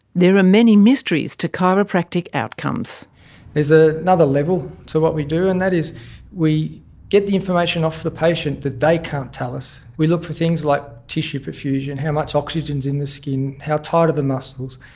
there are many mysteries to chiropractic outcomes. there is ah another level to what we do and that is we get the information off the patient that they can't tell us. we look for things like tissue profusion, how much oxygen is in the skin, how tight are the muscles,